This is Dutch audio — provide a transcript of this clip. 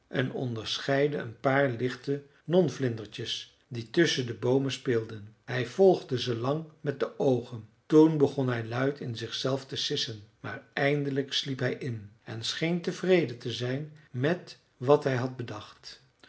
en onderscheidde een paar lichte nonvlindertjes die tusschen de boomen speelden hij volgde ze lang met de oogen toen begon hij luid in zichzelf te sissen maar eindelijk sliep hij in en scheen tevreden te zijn met wat hij had bedacht